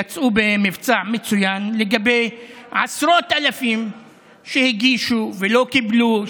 יצאו במבצע מצוין לגבי עשרות אלפים שהגישו ולא קיבלו,